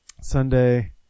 Sunday